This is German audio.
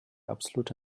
absolute